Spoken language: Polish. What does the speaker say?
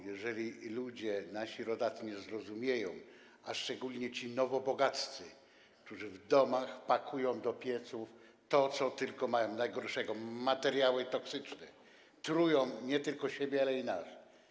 Jeżeli ludzie, nasi rodacy, nie zrozumieją, a szczególnie ci nowobogaccy, którzy w domach pakują do pieców, co tylko mają najgorszego, materiały toksyczne, którzy trują nie tylko siebie, ale i nas.